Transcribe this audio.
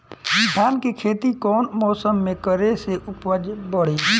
धान के खेती कौन मौसम में करे से उपज बढ़ी?